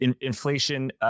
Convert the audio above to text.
inflation